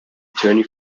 attorney